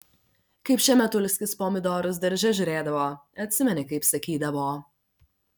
kaip šemetulskis pomidorus darže žiūrėdavo atsimeni kaip sakydavo